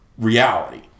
Reality